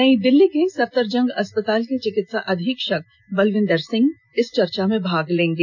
नई दिल्ली के सफदरजंग अस्पताल के चिकित्सा अधीक्षक बलविंदर सिंह चर्चा में भाग लेंगे